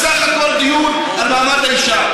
אומרת שזה בסך הכול דיון על מעמד האישה.